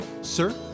Sir